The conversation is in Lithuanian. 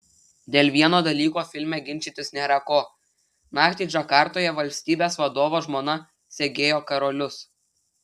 dėl vieno dalyko filme ginčytis nėra ko naktį džakartoje valstybės vadovo žmona segėjo karolius